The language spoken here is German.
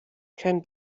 kein